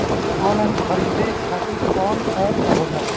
Online खरीदे खातीर कौन एप होला?